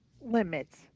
limits